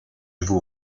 vous